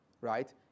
right